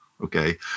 okay